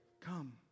Come